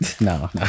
no